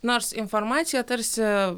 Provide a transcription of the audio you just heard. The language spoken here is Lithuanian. nors informacija tarsi